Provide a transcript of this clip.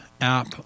app